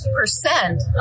percent